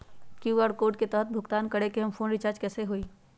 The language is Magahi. कियु.आर कोड के तहद भुगतान करके हम फोन रिचार्ज कैसे होई?